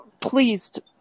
pleased